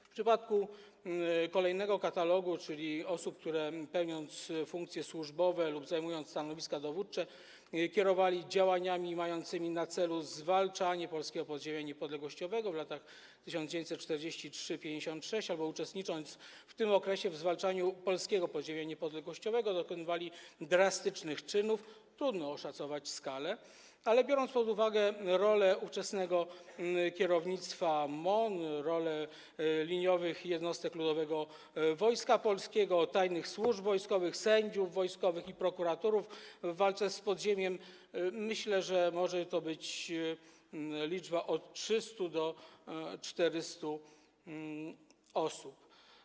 W przypadku kolejnego katalogu, czyli osób, które pełniąc funkcje służbowe lub zajmując stanowiska dowódcze, kierowali działaniami mającymi na celu zwalczanie polskiego podziemia niepodległościowego w latach 1943–1956, albo uczestnicząc w tym okresie w zwalczaniu polskiego podziemia niepodległościowego, dokonywali drastycznych czynów, trudno oszacować skalę, ale biorąc pod uwagę rolę ówczesnego kierownictwa MON, rolę liniowych jednostek Ludowego Wojska Polskiego, tajnych służb wojskowych, sędziów wojskowych i prokuratorów w walce z podziemiem, myślę, że może to być liczba 300–400 osób.